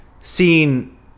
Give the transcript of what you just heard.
seeing